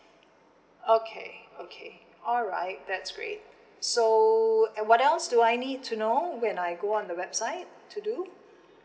okay okay alright that's great so what else do I need to know when I go on the website to do